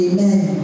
Amen